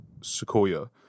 Sequoia